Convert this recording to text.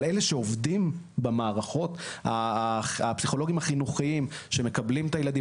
אבל אלה שעובדים במערכות הפסיכולוגים החינוכיים שמקבלים את הילדים,